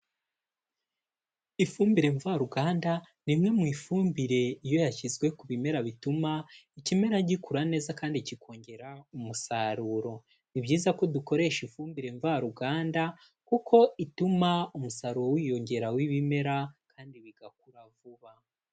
Ifumbire mvaruganda ni imwe mu ifumbire iyo yashyizwe ku bimera bituma ikimera gikura neza kandi kikongera umusaruro, ni byiza ko dukoresha ifumbire mvaruganda kuko ituma umusaruro wiyongera w'ibimera kandi bigakura vuba.